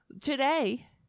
today